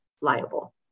liable